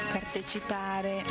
partecipare